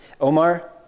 Omar